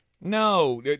no